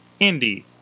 indie